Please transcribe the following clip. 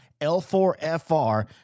L4FR